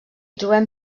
trobem